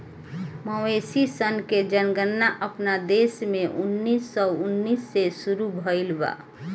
मवेशी सन के जनगणना अपना देश में उन्नीस सौ उन्नीस से शुरू भईल बा